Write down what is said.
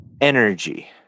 energy